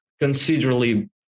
considerably